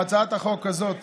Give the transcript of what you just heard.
בהצעת החוק הזאת